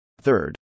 Third